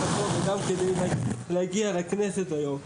וגם כדי להגיע לכנסת היום.